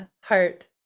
Heart